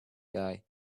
guy